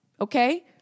okay